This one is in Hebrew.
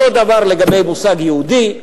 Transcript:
אותו דבר לגבי המושג יהודי,